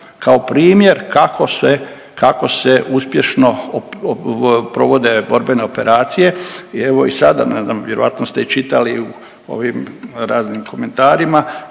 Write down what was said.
kao primjer kako se uspješno provode borbene operacije. Evo i sada, ne znam, vjerojatno ste i čitali u ovim raznim komentarima,